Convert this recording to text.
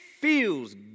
feels